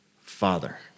Father